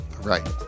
Right